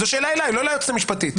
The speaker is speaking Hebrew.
זו שאלה אליי, לא ליועצת המשפטית.